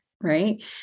Right